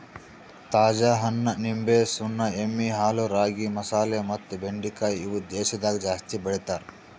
ತಾಜಾ ಹಣ್ಣ, ನಿಂಬೆ, ಸುಣ್ಣ, ಎಮ್ಮಿ ಹಾಲು, ರಾಗಿ, ಮಸಾಲೆ ಮತ್ತ ಬೆಂಡಿಕಾಯಿ ಇವು ದೇಶದಾಗ ಜಾಸ್ತಿ ಬೆಳಿತಾರ್